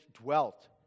dwelt